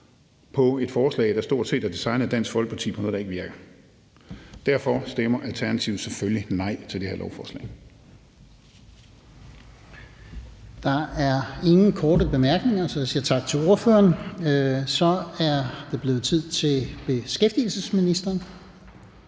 på et forslag, der stort set er designet af Dansk Folkeparti og er noget, der ikke virker. Derfor stemmer Alternativet selvfølgelig nej til det her lovforslag. Kl. 16:01 Fjerde næstformand (Lars-Christian Brask): Der er ingen korte bemærkninger, så jeg siger tak til ordføreren. Så er det blevet tid til beskæftigelsesministeren.